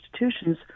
institutions